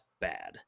bad